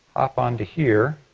hop onto here.